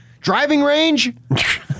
driving-range